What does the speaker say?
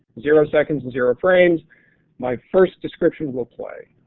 zero seconds and zero frames my first description will play.